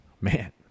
Man